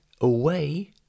away